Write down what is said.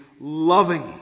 loving